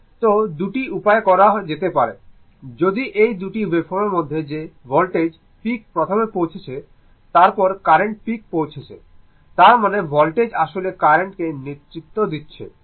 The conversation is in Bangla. তো 2টি উপায় করা যেতে পারে যদি এই 2টি ওয়েভফর্মের মধ্যে যে ভোল্টেজ পিক প্রথমে পৌঁছাচ্ছে তারপর কারেন্ট পিক পৌঁছাচ্ছে তার মানে ভোল্টেজ আসলে কার্রেন্ট কে নেতৃত্ব দিচ্ছে